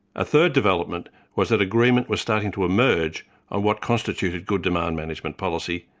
a third development was that agreement was starting to emerge on what constituted good demand management policy,